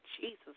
Jesus